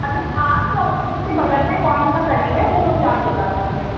مطلب آپ کے آفس کے بغل میں کون سا قریب ہے وہ مجھے آپ دلا دیجیے